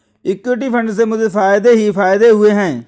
equity fund से मुझे फ़ायदे ही फ़ायदे हुए हैं